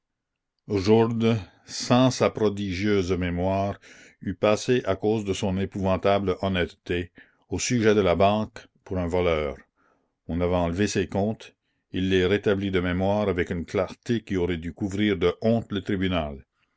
sans sa prodigieuse mémoire eût passé à cause de son épouvantable honnêteté au sujet de la banque pour un voleur on avait enlevé ses comptes il les rétablit de mémoire avec une clarté qui aurait dû couvrir de honte le tribunal